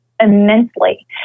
immensely